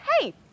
Hey